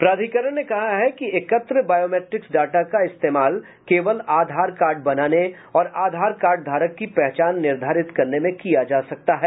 प्राधिकरण ने कहा है कि एकत्र बायोमेट्रिक्स डाटा का इस्तेमाल केवल आधार कार्ड बनाने और आधार कार्डधारक की पहचान निर्धारित करने में किया जा सकता है